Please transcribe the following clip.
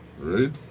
right